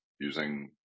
using